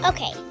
Okay